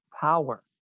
power